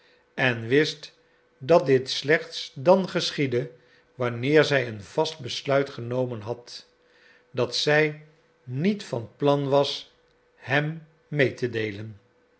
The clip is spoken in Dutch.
en wist dat dit slechts dan geschiedde wanneer zij een vast besluit genomen had dat zij niet van plan was hem mee te deelen